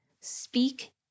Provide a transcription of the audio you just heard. speak